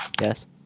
Yes